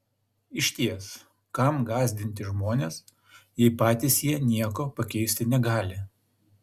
išties kam gąsdinti žmones jei patys jie nieko pakeisti negali